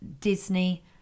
Disney